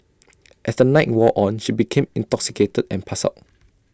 as the night wore on she became intoxicated and passed out